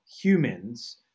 humans